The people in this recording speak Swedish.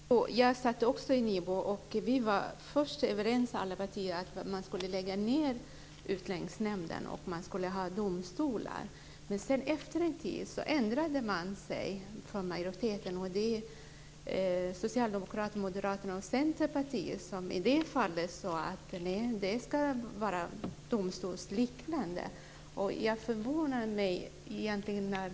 Fru talman! Jag satt också i NIPU, och först var alla partier överens om att man skulle lägga ned Utlänningsnämnden och i stället ha domstolar. Men efter en tid ändrade sig majoriteten. Socialdemokraterna, Moderaterna och Centerpartiet sade i detta fall att det ska vara domstolsliknande former.